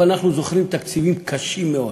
אבל אנחנו זוכרים תקציבים קשים מאוד.